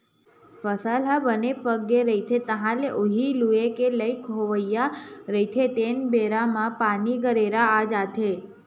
फसल ह बने पाकगे रहिथे, तह ल उही लूए के लइक होवइया रहिथे तेने बेरा म पानी, गरेरा आ जाथे